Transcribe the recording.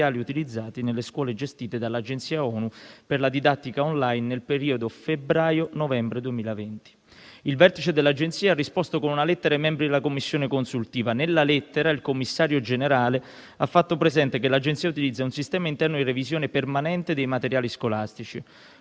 utilizzati nelle scuole gestite dall'Agenzia ONU per la didattica *online* nel periodo febbraio-novembre 2020. Il vertice dell'Agenzia ha risposto con una lettera ai membri della Commissione consultiva. Nella lettera il commissario generale ha fatto presente che l'Agenzia utilizza un sistema interno di revisione permanente dei materiali scolastici.